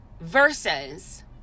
versus